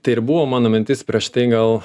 tai ir buvo mano mintis prieš tai gal